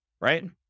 right